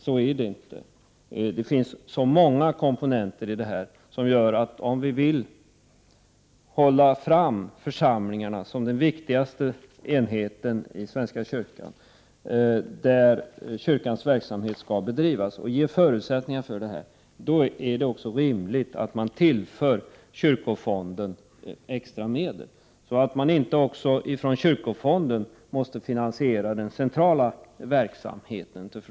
Så är det inte. Det finns så många komponenter i det här. Om vi vill framhålla församlingarna som den viktigaste enheten i svenska kyrkan, alltså där kyrkans verksamhet skall bedrivas, och ge förutsättningar för detta är det också rimligt att tillföra kyrkofonden extra medel, så att man inte också via medel från kyrkofonden måste finansiera den centrala verksamheten.